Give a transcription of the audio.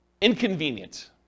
inconvenient